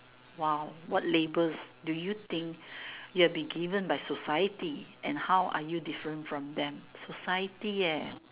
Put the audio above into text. !wow! what labels do you think you're given by society and how are you different from them society yeah